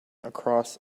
across